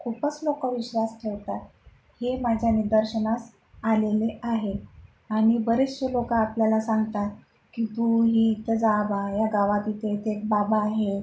खूपच लोकं विश्वास ठेवता हे माझ्या निदर्शनास आलेले आहे आनि बरेचशे लोकं आपल्याला सांगतात की तूही इतं जा बा या गावात इथे इथे एक बाबा आहे